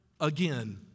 again